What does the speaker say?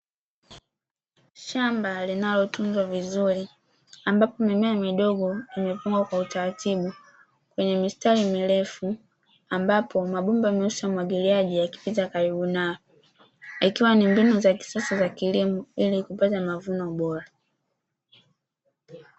Shamba linalotunzwa vizuri ambapo mimea midogo imefungwa kwa utaratibu kwenye mistari mirefu ambapo mabomba meusi ya umwagiliaji yakipita karibu nao, ikiwa ni mbinu za kisasa za kilimo ili kupata mavuno bora.